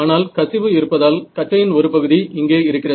ஆனால் கசிவு இருப்பதால் கற்றையின் ஒரு பகுதி இங்கே இருக்கிறது